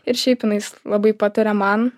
ir šiaip jinais labai pataria man